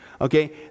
Okay